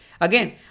again